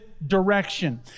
direction